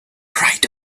right